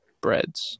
breads